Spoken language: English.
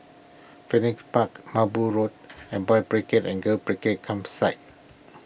Phoenix Park Merbau Road and Boys' Brigade and Girls' Brigade Campsite